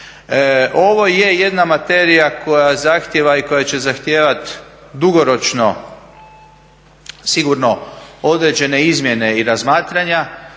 Ovo je jedna materija koja zahtjeva i koja će zahtijevati dugoročno sigurno određene izmjene i razmatranja,